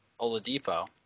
Oladipo